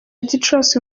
gicurasi